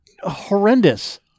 horrendous